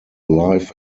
live